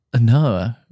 No